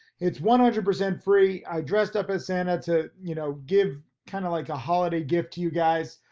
it's one hundred percent free. i dressed up as santa to you know, give kinda like a holiday gift to you guys.